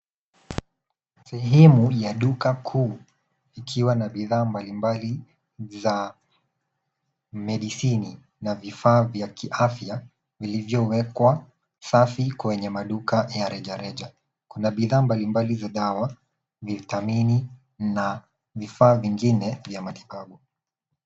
Sehemu ya duka kuu ikiwa na bidhaa mbalimbali za medicine na vifaa vya kiafya vilivyowekwa safi kwenye maduka ya rejareja. Kuna bidhaa mbalimbali za dawa, vitamini na vifaa vingine vya matibabu.